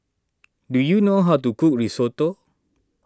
do you know how to cook Risotto